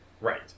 Right